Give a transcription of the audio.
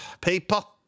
people